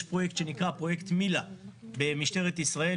יש פרויקט שנקרא פרויקט מיל"ה במשטרת ישראל,